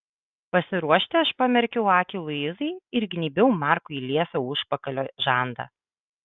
pasiruošti aš pamerkiau akį luizai ir gnybiau markui į liesą užpakalio žandą